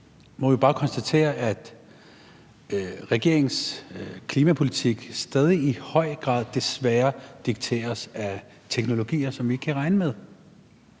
må vi bare konstatere, at regeringens klimapolitik stadig i høj grad desværre dikteres af teknologier, som vi ikke kan regne med.